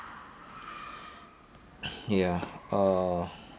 ya uh